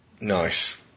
Nice